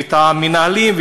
ואת המנהלים,